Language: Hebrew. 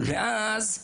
ואז,